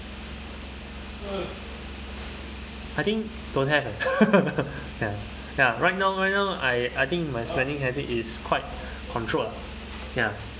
I think don't have leh ya ya right now right now I I think my spending habits is quite controlled lah ya